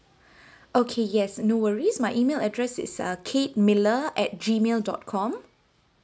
okay yes no worries my email address is err kate miller at gmail dot com